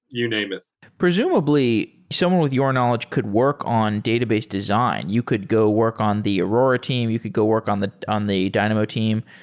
you name it presumably, someone with your knowledge could work on database design. you could go work on the aurora team. you could go work on the on the dynamo team.